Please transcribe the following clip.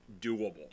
doable